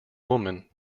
woman